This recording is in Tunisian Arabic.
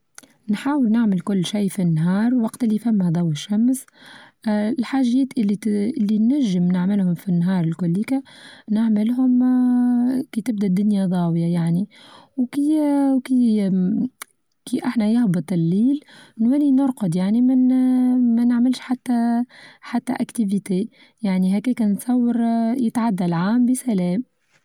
نحاول نعمل كل شيء في النهار وقت اللي فما ضوء الشمس آآ الحاچات اللي اللي نچم نعملهم في النهار الكوليكا نعملهم آآ كي تبدا الدنيا ضاوية يعني وكي-كي-كي أحنا ياهبط الليل نولي نرقض يعني من آآ منعملش حتى حتى أكتيڤيتا يعني هكاكا نتصور اه يتعدى العام بسلام.